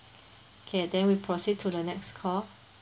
okay then we proceed to the next call